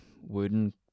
wooden